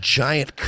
giant